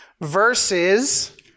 Versus